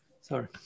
Sorry